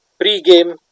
Pre-game